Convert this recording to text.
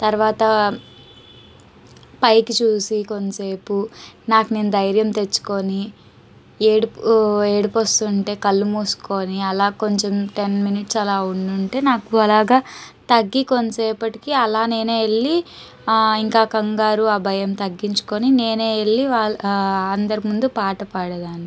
తర్వాత పైకి చూసి కొంత సేపు నాకు నేను ధైర్యం తెచ్చుకొని ఏడుపు ఏడుపు వస్తుంటే కళ్ళు మూసుకొని అలా కొంచెం టెన్ మినిట్స్ అలా ఉంటే నాకు అలాగా తగ్గి కొంతసేపటికి అలా నేనే వెళ్ళి ఇంకా కంగారు ఆ భయం తగ్గించుకొని నేనే వెళ్ళి వాళ్ళ అందరి ముందు పాట పాడేదాన్ని